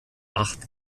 acht